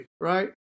right